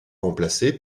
remplacées